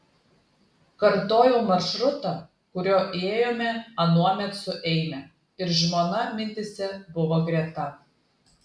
kartojau maršrutą kuriuo ėjome anuomet su eime ir žmona mintyse buvo greta